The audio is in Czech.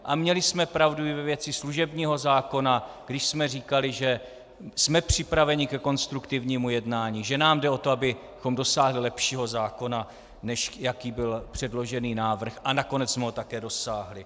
A měli jsme pravdu i ve věci služebního zákona, když jsme říkali, že jsme připraveni ke konstruktivnímu jednání, že nám jde o to, abychom dosáhli lepšího zákona, než jaký byl předložený návrh, a nakonec jsme ho také dosáhli.